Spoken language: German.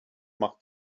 macht